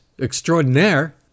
extraordinaire